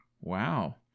Wow